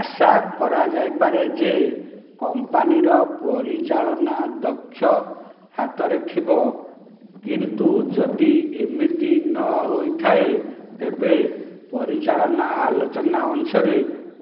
ଆଶା କରାଯାଇପାରେ ଯେ କମ୍ପାନୀର ପରିଚାଳନା ଦକ୍ଷ ହାତରେ ଥିବ କିନ୍ତୁ ଯଦି ଏମିତି ନ ହୋଇଥାଏ ତେବେ ପରିଚାଳନା ଆଲୋଚନା ଅଂଶରେ